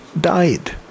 died